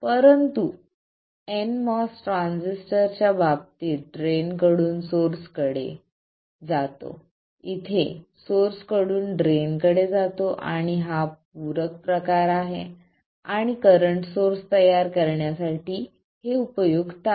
परंतु nMOS ट्रान्झिस्टरच्या बाबतीत ड्रेन कडून सोर्स कडे जातो इथे हा सोर्स कडून ड्रेन कडे जातो आणि हा पूरक प्रकार आहे आणि करंट सोर्स तयार करण्यासाठी हे उपयुक्त आहे